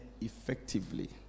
effectively